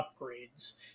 upgrades